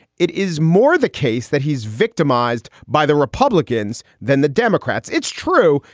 it is more the case that he is victimized by the republicans than the democrats. it's true.